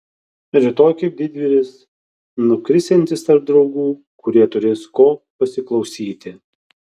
rytoj kaip didvyris nukrisiantis tarp draugų kurie turės ko pasiklausyti